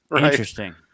Interesting